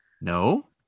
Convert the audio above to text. No